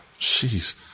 jeez